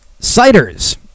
Ciders